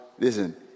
Listen